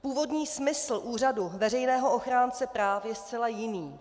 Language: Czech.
Původní smysl úřadu veřejného ochránce práv je zcela jiný.